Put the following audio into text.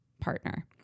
partner